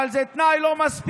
אבל זה תנאי לא מספיק,